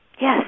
yes